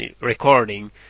recording